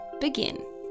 begin